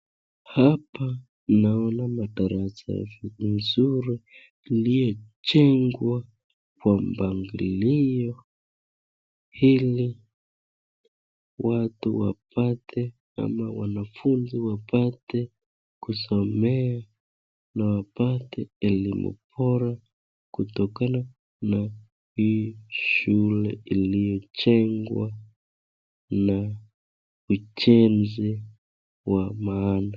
Hapa naona madarasa vizuri lile jengwa kwa mpangilio hili watu wapate ama wanafunzi wapate kusomea na wapate elimu bora kutokana na hii shule iliyojengwa na ujenzi wa maana.